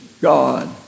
God